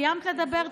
סיימת לדבר,